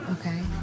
okay